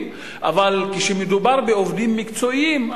אבל כשמדובר בעובדים מקצועיים,